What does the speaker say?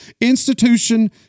institution